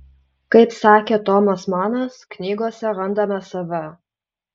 kaip sakė tomas manas knygose randame save